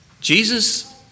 Jesus